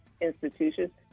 institutions